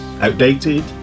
outdated